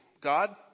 God